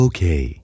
Okay